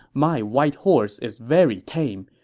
my white horse is very tame.